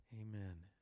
Amen